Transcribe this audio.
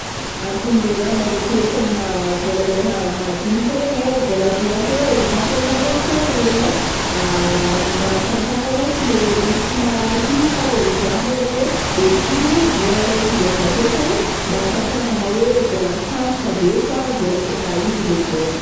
Antony le raha marokoroko amina vôla leha madinika regny ai, vôla vy ôhaatra oe dimampolo na roampolo regny ai, mba ahafantaragna ôhatra le olo tsy mahita ôlo jamba zegny oe ôtrino vôla igny de avake koa o mba ahafantaragna oe vôla sandoka ve sa vôla tegna izy le vôla.